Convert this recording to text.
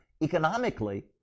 economically